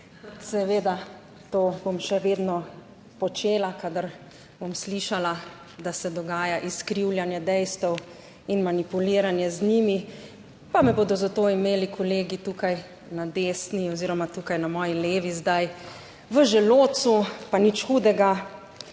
Seveda, to bom še vedno počela, kadar bom slišala, da se dogaja izkrivljanje dejstev in manipuliranje z njimi, pa me bodo zato imeli kolegi tukaj na desni oziroma tukaj na moji levi zdaj v želodcu. Pa nič hudega,